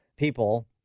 People